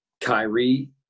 Kyrie